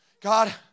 God